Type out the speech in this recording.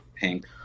pink